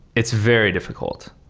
it's very difficult.